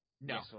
No